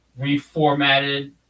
reformatted